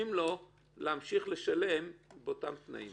נותנים לו להמשיך לשלם באותם תנאים.